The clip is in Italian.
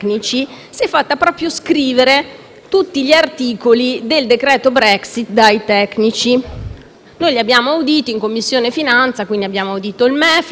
tutti gli articoli del decreto Brexit dai tecnici. Noi li abbiamo auditi in Commissione finanze: abbiamo audito il MEF, la Banca d'Italia, la Consob,